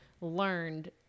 learned